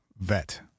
vet